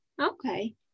Okay